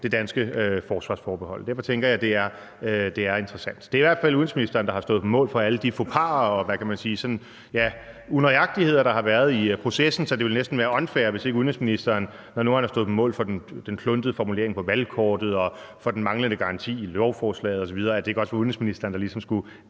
det danske forsvarsforbehold. Derfor tænker jeg, det er interessant. Det er i hvert fald udenrigsministeren, der har stået på mål for alle de faux pas og, hvad kan man sige, ja, unøjagtigheder, der har været i processen. Så det ville næsten være unfair, hvis det ikke var udenrigsministeren – når nu han har stået på mål for den kluntede formulering på valgkortet og for den manglende garanti i lovforslaget osv. – der ligesom skulle